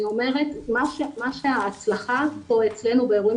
אני אומרת שההצלחה פה אצלנו באירועים